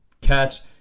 catch